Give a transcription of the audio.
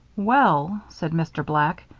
well, said mr. black,